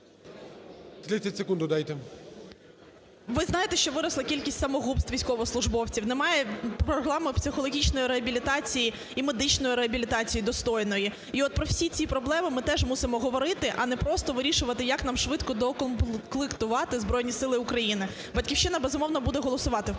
30 секунд додайте. ШКРУМ А.І. Ви знаєте, що виросла кількість самогубств військовослужбовців. Немає програми психологічної реабілітації і медичної реабілітації достойної. І от про всі ці проблеми ми теж мусимо говорити, а не просто вирішувати, як нам швидко доукомплектувати Збройні Сили України. "Батьківщина", безумовно, буде голосувати в першому